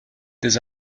this